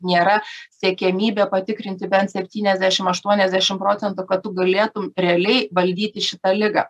nėra siekiamybė patikrinti bent septyniasdešim aštuoniasdešim procentų kad tu galėtum realiai valdyti šitą ligą